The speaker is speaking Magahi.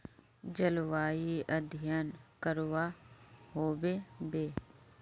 जलवायु अध्यन करवा होबे बे?